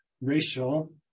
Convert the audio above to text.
racial